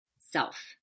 self